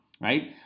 right